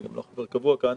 אני גם לא חבר קבוע בוועדה.